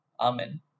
Amen